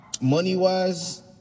money-wise